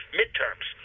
midterms